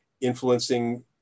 influencing